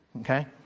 Okay